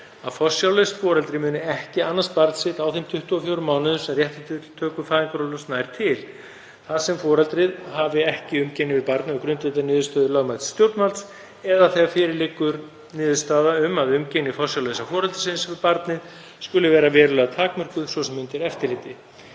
að forsjárlaust foreldri muni ekki annast barn sitt á þeim 24 mánuðum sem réttur til töku fæðingarorlofs nær til þar sem foreldrið hafi ekki umgengni við barnið á grundvelli niðurstöðu lögmælts stjórnvalds, eða þegar fyrir liggur niðurstaða um að umgengni forsjárlausa foreldrisins við barnið skuli vera verulega takmörkuð, svo sem undir eftirliti.